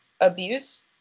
Abuse